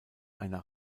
einer